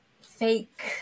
fake